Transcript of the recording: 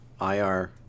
IR